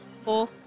four